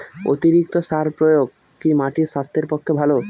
অতিরিক্ত সার প্রয়োগ কি মাটির স্বাস্থ্যের পক্ষে ভালো?